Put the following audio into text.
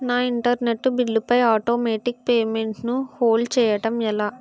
నా internet bill పై automatic payment ను హోల్డ్ చేయటం ఎలా?